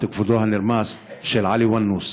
את כבודו הנרמס של עלי ונוס.